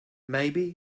maybe